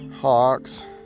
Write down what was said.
hawks